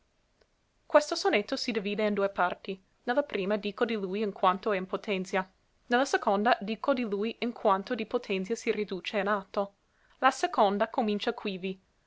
questo sonetto si divide in due parti ne la prima dico di lui in quanto è in potenzia ne la seconda dico di lui in quanto di potenzia si riduce in atto la seconda comincia quivi